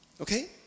Okay